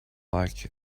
like